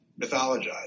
mythologized